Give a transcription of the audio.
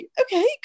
Okay